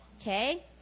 Okay